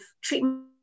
treatment